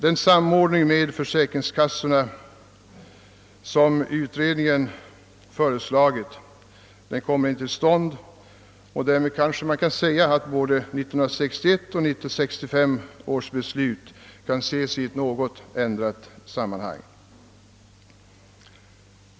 Den samordning med försäkringskassorna som utredningen föreslagit kommer ju inte till stånd, och därmed kanske man kan säga att både 1961 och 1965 års beslut kan ses i ett något annat sammanhang.